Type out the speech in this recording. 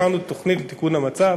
הכנו תוכנית לתיקון המצב,